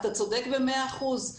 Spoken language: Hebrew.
אתה צודק במאה אחוז.